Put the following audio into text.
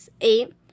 Eight